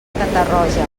catarroja